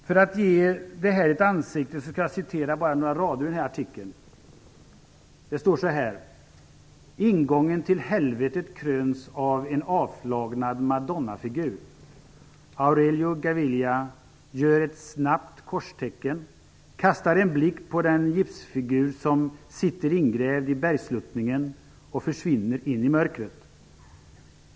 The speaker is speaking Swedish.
För att ge detta ett ansikte skall jag citera bara några rader ur artikeln. Det står så här: "Ingången till helvetet kröns av en avflagnad madonnafigur. Aurelio Gavilia gör ett snabbt korstecken, kastar en blick på den gipsfigur som sitter ingrävd i bergssluttningen och försvinner in i mörkret.